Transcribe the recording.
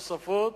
נוספות,